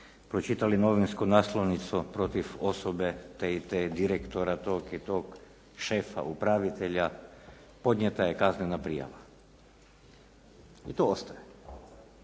pročitali novinsku naslovnicu protiv osobe te i te, direktora tog i tog, šefa, upravitelja podnijeta je kaznena prijava. I to ostaje.